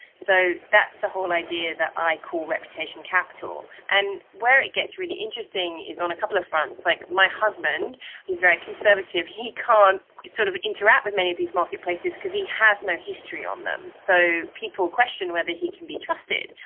so that's the whole idea that i call reputation capital. and where it gets really interesting is on a couple of fronts. like my husband who's very conservative, he can't sort of interact with many of these marketplaces because he has no history on them, so people question whether he can be trusted.